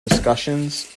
discussions